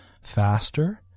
faster